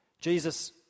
Jesus